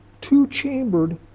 two-chambered